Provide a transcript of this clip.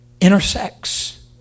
intersects